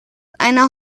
einer